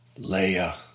Leia